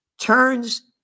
turns